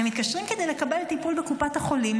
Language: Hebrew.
הם מתקשרים כדי לקבל טיפול בקופת החולים,